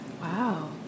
Wow